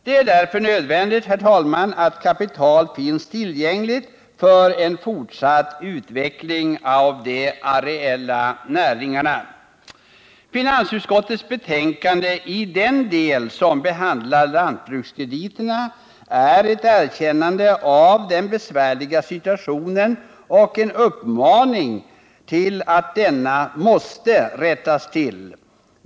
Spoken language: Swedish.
Det är därför nödvändigt, herr talman, att kapital finns tillgängligt för en fortsatt utveckling av de areella näringarna. Finansutskottets betänkande i den del som behandlar lantbrukskrediterna är ett erkännande av den besvärliga situationen och en uppmaning till att denna måste rättas till.